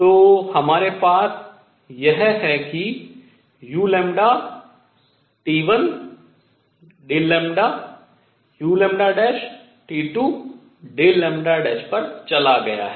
तो हमारे पास यह है कि u Δλ uλ Δλ पर चला गया है